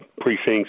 precincts